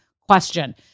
question